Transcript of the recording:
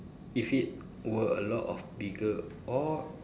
if it were a lot of bigger or